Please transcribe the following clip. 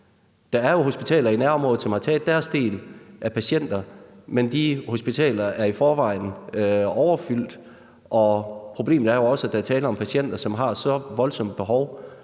Der er hospitaler i nærområdet, som har taget deres del af patienter, men de hospitaler er i forvejen overfyldte, og problemet er jo også, at der er tale om patienter, som har så voldsomme behov